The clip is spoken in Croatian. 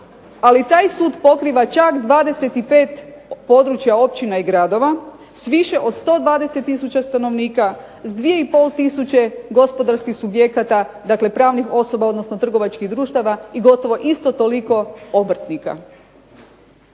Ali taj sud pokriva čak 25 područja općina i gradova s više od 120000 stanovnika s 2 i pol tisuće gospodarskih subjekata. Dakle, pravnih osoba odnosno trgovačkih društava i gotovo isto toliko obrtnika.